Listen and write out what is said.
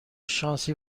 شانسی